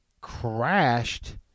crashed